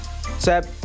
Seb